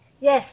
Yes